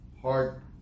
Hard